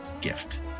gift